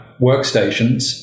workstations